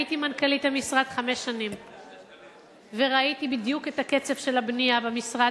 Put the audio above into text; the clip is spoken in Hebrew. הייתי מנכ"לית המשרד חמש שנים וראיתי בדיוק את הקצב של הבנייה במשרד,